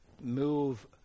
move